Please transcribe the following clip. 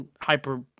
hyper